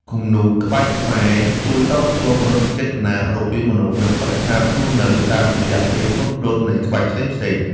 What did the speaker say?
គំនូរក្បាច់ខ្មែរជួយតភ្ជាប់មនោសញ្ចេតនារវាងមនុស្ស និងបរិស្ថានរស់នៅតាមរយៈភាពទន់ភ្លន់នៃក្បាច់ផ្សេងៗ។